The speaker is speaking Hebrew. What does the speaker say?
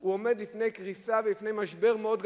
הוא עומד בפני קריסה ובפני משבר מאוד גדול.